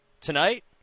Tonight